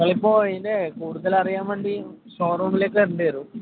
നിങ്ങൾ ഇപ്പം അതിൻ്റെ കൂടുതൽ അറിയാൻ വേണ്ടി ഷോറൂമിലേക്ക് വരേണ്ടി വരും